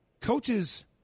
coaches